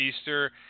Easter